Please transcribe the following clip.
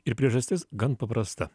ir priežastis gan paprasta